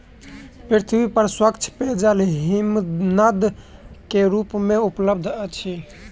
पृथ्वी पर स्वच्छ पेयजल हिमनद के रूप में उपलब्ध अछि